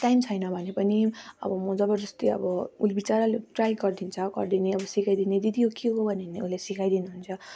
time छैन भने पनि अब म जबरजस्ती अब उसले बिचराले ट्राई गरिदिन्छ गरिदिने अब सिकाइदिने दिदी यो के हो भने ने उसले सिकाइदिनुहुन्छ